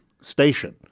station